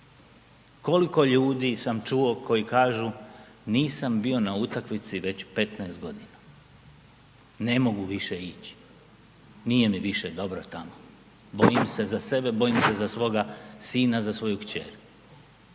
Koliko ljudi sam čuo koji kažu nisam bio na utakmici već 15 godina. Ne mogu više ići, nije mi više dobro tamo, bojim se za sebe, bojim se za svoga sina, za svoju kćer.